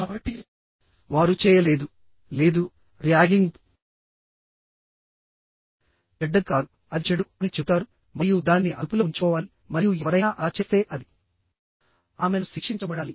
కాబట్టిమీరు జూనియర్ మరియు వారి తల్లిదండ్రులను అడిగినప్పుడు వారు వారిని ర్యాగ్ చేయాలివారు చేయ లేదు లేదు ర్యాగింగ్ చెడ్డది కాదు అది చెడు అని చెబుతారు మరియు దానిని అదుపులో ఉంచుకోవాలి మరియు ఎవరైనా అలా చేస్తే అది నివేదించబడాలి అతను లేదా ఆమె కఠినంగా శిక్షించబడాలి